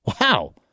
Wow